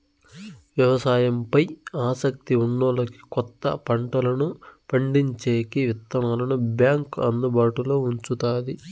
వ్యవసాయం పై ఆసక్తి ఉన్నోల్లకి కొత్త పంటలను పండించేకి విత్తనాలను బ్యాంకు అందుబాటులో ఉంచుతాది